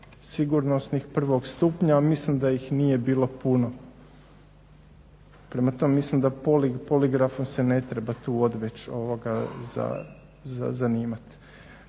sigurnosnih prvog stupnja. A mislim da ih nije bilo puno. Prema tome, mislim da poligrafom se ne treba tu odveč zanimati.